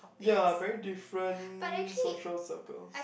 ya very different social circle